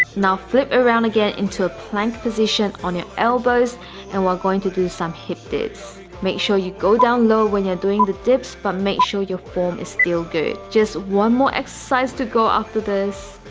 now flip around again into a plank position on your elbows and we're going to do some hip dips make sure you go down low when you're doing the dips, but make sure your form is still good just one more exercise to go after this